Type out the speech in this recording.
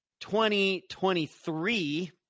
2023